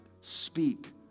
speak